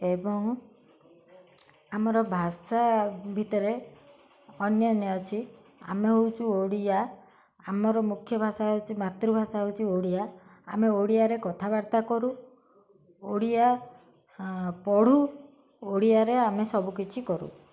ଏବଂ ଆମର ଭାଷା ଭିତରେ ଅନ୍ୟାନ୍ୟ ଅଛି ଆମେ ହେଉଛୁ ଓଡ଼ିଆ ଆମର ମୁଖ୍ୟ ଭାଷା ହେଉଛି ମାତୃଭାଷା ହେଉଛି ଓଡ଼ିଆ ଆମେ ଓଡ଼ିଆରେ କଥାବାର୍ତ୍ତା କରୁ ଓଡ଼ିଆ ପଢ଼ୁ ଓଡ଼ିଆରେ ଆମେ ସବୁକିଛି କରୁ